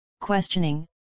questioning